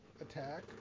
attack